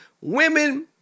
women